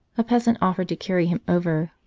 a peasant offered to carry him over,